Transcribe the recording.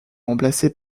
remplacé